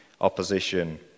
opposition